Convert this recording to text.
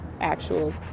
actual